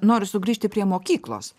noriu sugrįžti prie mokyklos